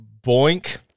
boink